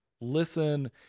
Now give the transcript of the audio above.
listen